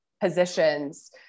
positions